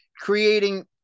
Creating